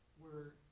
were